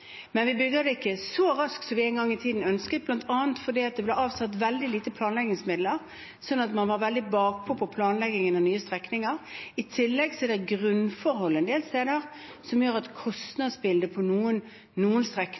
Men vi bygger det ikke så raskt som vi en gang i tiden ønsket, bl.a. fordi det ble avsatt veldig lite planleggingsmidler, sånn at man var veldig bakpå når det gjaldt planleggingen av nye strekninger. I tillegg er det grunnforhold en del steder som gjør at kostnadsbildet på noen